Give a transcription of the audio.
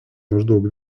maždaug